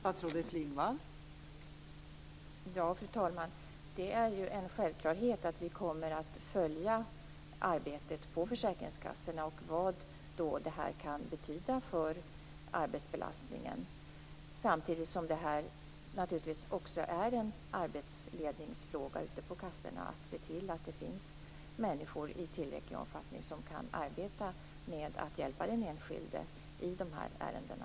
Fru talman! Det är en självklarhet att vi kommer att följa arbetet på försäkringskassorna och se vad det här kan betyda för arbetsbelastningen. Samtidigt är det naturligtvis också en arbetsledningsfråga ute på kassorna att se till att det finns människor i tillräcklig omfattning som kan arbeta med att hjälpa den enskilde i de här ärendena.